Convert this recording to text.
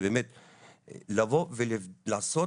לבוא ולעשות